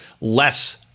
less